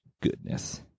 goodness